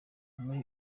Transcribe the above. muri